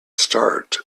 start